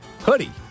hoodie